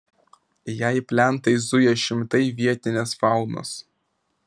jei plentais zuja šimtai vietinės faunos